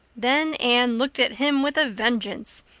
then anne looked at him with a vengeance!